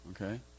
Okay